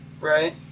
Right